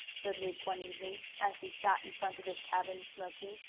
said luke one evening, as he sat in front of his cabin smoking.